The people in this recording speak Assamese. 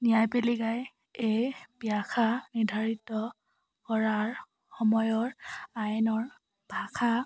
ন্যায়পালিকাই এই ব্যাখ্যা নিৰ্ধাৰিত কৰাৰ সময়ৰ আইনৰ ভাষা